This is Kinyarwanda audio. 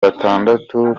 batandatu